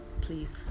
please